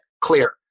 clear